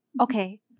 okay